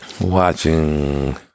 Watching